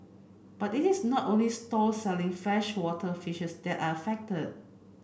but it is not only stalls selling freshwater fishes that are affected